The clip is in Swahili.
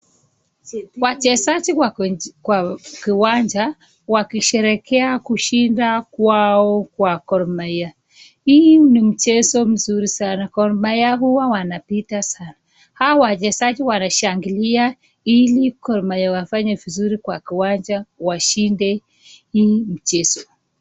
Wachezaji wako kwa kiwanja wakisherehekea kushinda kwao kwa Gor Mahia . Hii ni mchezo mzuri sana. Gor Mahia huwa wanapita sana. Hawa wachezaji wanashangilia ili Gor Mahia wafanye vizuri kwa kiwanja washinde hii mchezo.